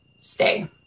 stay